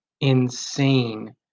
insane